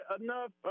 enough